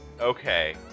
Okay